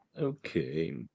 okay